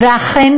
ואכן,